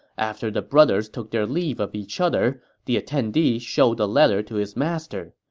after the brothers took their leave of each other, the attendee showed the letter to his master.